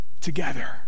together